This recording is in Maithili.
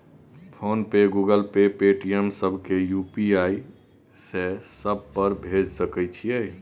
फोन पे, गूगल पे, पेटीएम, सब के यु.पी.आई से सब पर भेज सके छीयै?